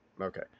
Okay